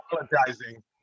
apologizing